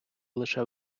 лише